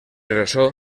ressò